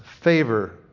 favor